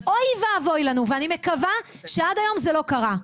אוי ואבוי לנו ואני מקווה שעד היום זה לא קרה.